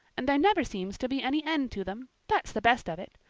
and there never seems to be any end to them that's the best of it.